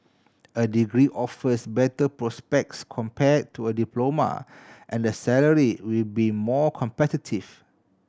a degree offers better prospects compare to a diploma and the salary will be more competitive